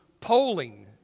polling